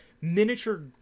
miniature